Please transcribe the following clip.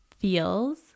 feels